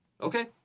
Okay